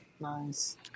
Nice